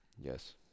Yes